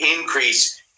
Increase